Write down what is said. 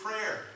prayer